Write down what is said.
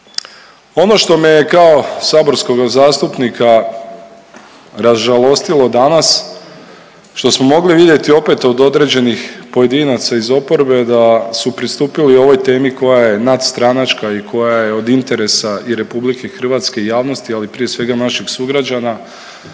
Ono što me je kao saborskog zastupnika ražalostilo danas što smo mogli vidjeti opet od određenih pojedinaca iz oporbe da su pristupili ovoj temi koja je nadstranačka i koja je od interesa i RH i javnosti, ali prije svega naših sugrađana